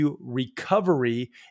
recovery